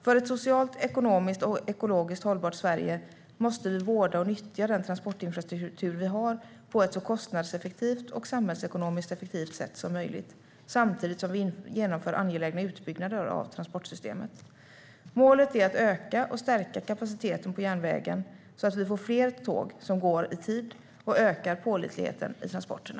För ett socialt, ekonomiskt och ekologiskt hållbart Sverige måste vi vårda och nyttja den transportinfrastruktur vi har på ett så kostnadseffektivt och samhällsekonomiskt effektivt sätt som möjligt, samtidigt som vi genomför angelägna utbyggnader av transportsystemet. Målet är att öka och stärka kapaciteten på järnvägen, så att vi får fler tåg som går i tid och ökar pålitligheten i transporterna.